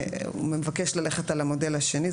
מבקש ללכת על המודל השני,